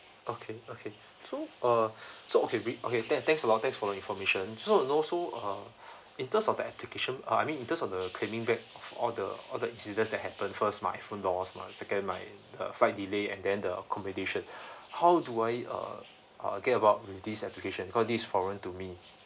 okay okay so uh so okay re~ okay thanks thanks a lot thanks for information so to know so uh in terms of application ah I mean in terms of the claiming back for all the all the incident that happened first my iPhone lost lah second my uh flight delay and then the accommodation how do I uh get about in this application because this is problem to me